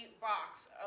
box